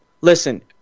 Listen